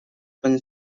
been